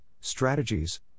strategies